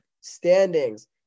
standings